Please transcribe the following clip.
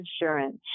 insurance